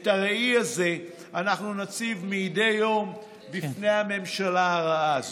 את הראי אנחנו נציב מדי יום בפני הממשלה הרעה הזאת.